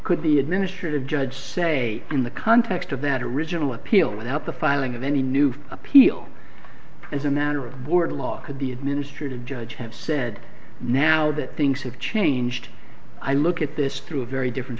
could the administrative judge say in the context of that original appeal without the filing of any new appeal as a matter of board of law could the administrative judge have said now that things have changed i look at this through a very different